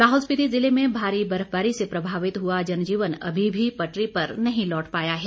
लाहौल स्पिति ज़िले में भारी बर्फबारी से प्रभावित हुआ जनजीवन अभी भी पटरी पर नहीं लौटा है